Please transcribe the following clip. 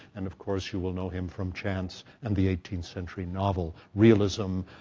and, of course, you will know him from chance and the eighteenth-century novel realism,